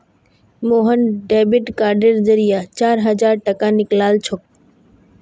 Mohan debit कार्डेर जरिए चार हजार टाका निकलालछोक